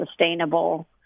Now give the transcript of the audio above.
sustainable